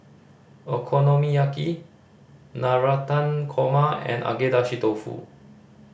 Okonomiyaki Navratan Korma and Agedashi Dofu